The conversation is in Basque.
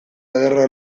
ederra